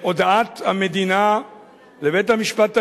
בהודעת המדינה לבית-המשפט העליון,